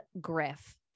griff